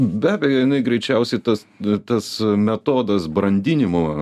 be abejo jinai greičiausiai tas tas metodas brandinimo